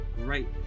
great